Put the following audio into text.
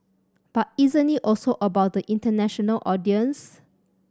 but isn't it also about the international audience